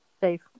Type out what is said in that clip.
Safe